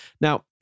Now